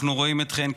אנחנו רואים אתכן,